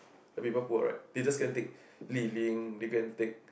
the people pull out right they just can't take Li-Ling they can't take